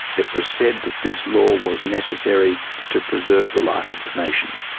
it was said that this law was necessary to preserve the life of the nation.